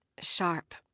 Sharp